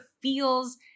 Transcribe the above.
feels